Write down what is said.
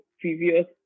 previous